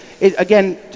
again